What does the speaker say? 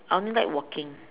I only like walking